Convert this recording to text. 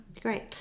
great